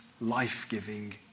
life-giving